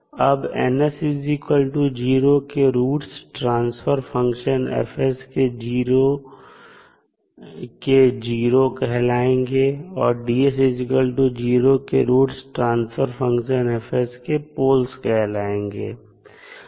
अब N0 के roots transfer function F के जीरो कहलाएंगे और D0 के रूट्स ट्रांसफर फंक्शन F के पोल्स कहलायेंगे